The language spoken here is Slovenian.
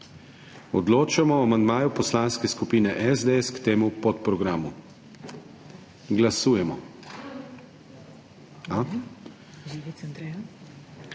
Odločamo o amandmaju Poslanske skupine SDS k temu podprogramu. Glasujemo.